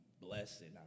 blessing